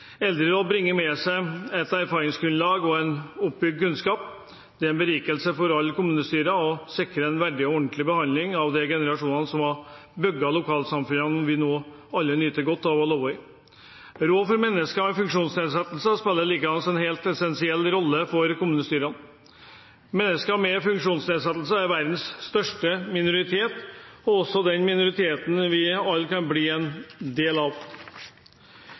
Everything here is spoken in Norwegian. Eldreråd bringer med seg et erfaringsgrunnlag og en oppbygd kunnskap. Det er en berikelse for alle kommunestyrer og sikrer en verdig og ordentlig behandling av de generasjonene som har bygd lokalsamfunnene vi nå alle nyter godt av å leve i. Råd for mennesker med funksjonsnedsettelse spiller likens en helt essensiell rolle for kommunestyrene. Mennesker med funksjonsnedsettelse er verdens største minoritet og også den minoriteten vi alle kan bli en del av.